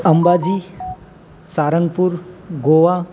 Ambaji Sarangpur Goa